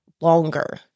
longer